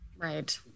Right